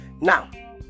Now